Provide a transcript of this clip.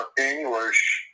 English